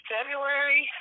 February